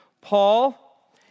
Paul